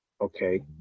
Okay